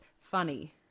funny